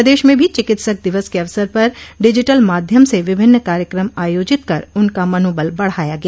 प्रदेश में भी चिकित्सक दिवस के अवसर पर डिजिटल माध्यम से विभिन्न कार्यक्रम आयोजित कर उनका मनोबल बढ़ाया गया